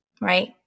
right